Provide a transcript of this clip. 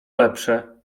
lepsze